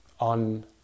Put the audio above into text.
on